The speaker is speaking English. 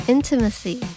Intimacy